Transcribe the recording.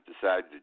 decided